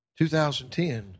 2010